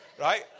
right